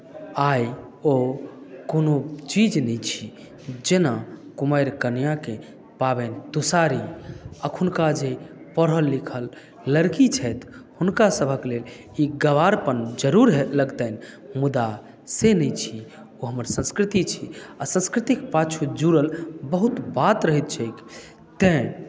आइ ओ कोनो चीज नहि छी जेना कुमारि कनियाँके पाबनि तुषारी अखुनका जे पढ़ल लिखल लड़की छथि हुनकासभक लेल ई गवारपन जरूर हे लगतनि मुदा से नहि छी ओ हमर संस्कृति छी आ संस्कृतिक पाछू जुड़ल बहुत बात रहैत छैक तैँ